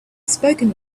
spoken